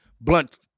Blunt